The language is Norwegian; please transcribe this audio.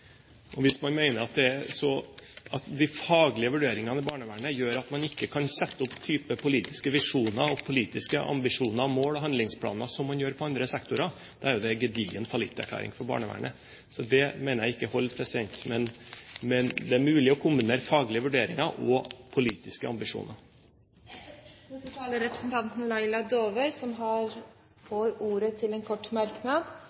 Hvis man mener at de faglige vurderingene i barnevernet gjør at man ikke kan ha politiske visjoner og politiske ambisjoner, mål og handlingsplaner, slik som man har i andre sektorer, er det en gedigen fallitterklæring for barnevernet. Så det mener jeg ikke holder. Det er mulig å kombinere faglige vurderinger og politiske ambisjoner. Laila Dåvøy har hatt ordet to ganger og får ordet til en kort merknad,